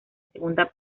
segunda